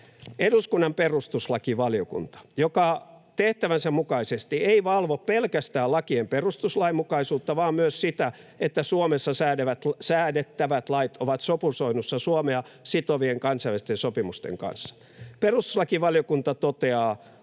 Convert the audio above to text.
Eduskunnan perustuslakivaliokunta, joka tehtävänsä mukaisesti ei valvo pelkästään lakien perustuslainmukaisuutta vaan myös sitä, että Suomessa säädettävät lait ovat sopusoinnussa Suomea sitovien kansainvälisten sopimusten kanssa, toteaa